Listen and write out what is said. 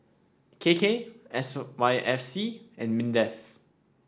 K K S Y F C and Mindef